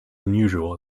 unusual